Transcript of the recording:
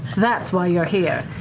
that's why you're here.